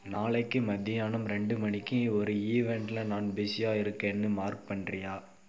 நாளைக்கு மத்தியானம் ரெண்டு மணிக்கி ஒரு ஈவெண்டில் நான் பிசியாக இருக்கேன்னு மார்க் பண்ணுறியா